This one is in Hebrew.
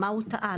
מה הוא טען.